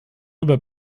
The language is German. über